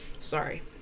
sorry